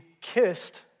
kissed